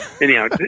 Anyhow